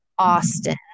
Austin